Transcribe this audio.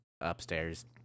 upstairs